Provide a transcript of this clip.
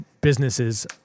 businesses